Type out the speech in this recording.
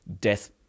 death